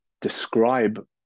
describe